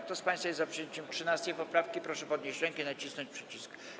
Kto z państwa jest za przyjęciem 13. poprawki, proszę podnieść rękę i nacisnąć przycisk.